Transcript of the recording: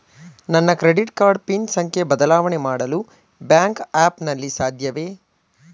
ನನ್ನ credit card PIN ಸಂಖ್ಯೆ ಬದಲಾವಣೆ ಮಾಡಲು ಬ್ಯಾಂಕ್ ಆ್ಯಪ್ ನಲ್ಲಿ ಸಾಧ್ಯವೇ?